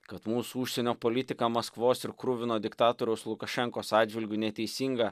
kad mūsų užsienio politika maskvos ir kruvino diktatoriaus lukašenkos atžvilgiu neteisinga